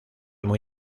muy